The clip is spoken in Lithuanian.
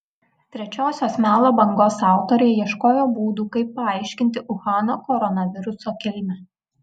trečiosios melo bangos autoriai ieškojo būdų kaip paaiškinti uhano koronaviruso kilmę